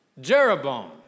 Jeroboam